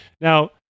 Now